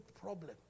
problem